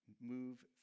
move